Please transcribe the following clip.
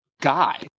Guy